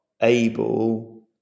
able